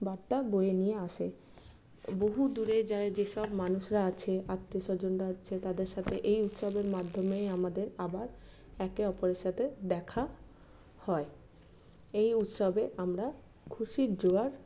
বার্তা বয়ে নিয়ে আসে বহু দূরে যারা যে সব মানুষরা আছে আত্মীয় স্বজনরা আছে তাদের সাথে এই উৎসবের মাধ্যমেই আমাদের আবার একে অপরের সাথে দেখা হয় এই উৎসবে আমরা খুশির জোয়ার